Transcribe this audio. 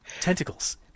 tentacles